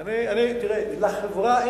אני אומר, לחברה היתה העדפה.